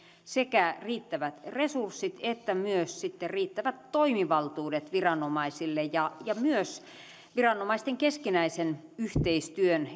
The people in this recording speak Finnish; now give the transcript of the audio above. sekä riittävät resurssit että myös sitten riittävät toimivaltuudet viranomaisille ja ja myös viranomaisten keskinäisen yhteistyön